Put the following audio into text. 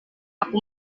aku